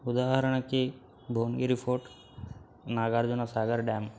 ఉదాహరణకి Bhuvanagiri fort Nagarjunasagar dam